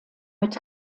mit